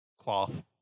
cloth